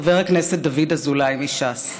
חבר הכנסת דוד אזולאי מש"ס.